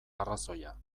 arrazoia